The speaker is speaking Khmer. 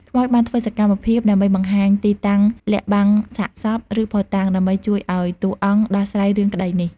ខ្មោចបានធ្វើសកម្មភាពដើម្បីបង្ហាញទីតាំងលាក់បាំងសាកសព ឬភស្តុតាង ដើម្បីជួយឲ្យតួអង្គដោះស្រាយរឿងក្តីនេះ។